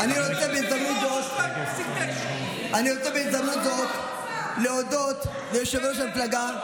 בהזדמנות זו אני רוצה להודות ליושב-ראש המפלגה,